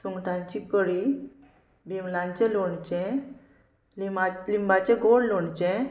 सुंगटांची कडी बिमलांचे लोणचें लिंबा लिंबाचें गोड लोणचें